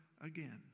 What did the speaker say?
again